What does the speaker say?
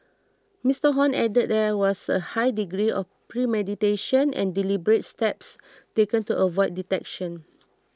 Mister Hon added that there was a high degree of premeditation and deliberate steps taken to avoid detection